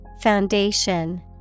Foundation